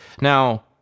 Now